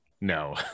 No